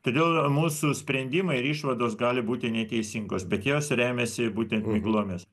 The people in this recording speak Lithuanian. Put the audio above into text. todėl mūsų sprendimai ir išvados gali būti neteisingos bet jos remiasi būtent miglomis